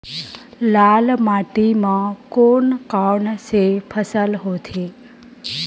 लाल माटी म कोन कौन से फसल होथे?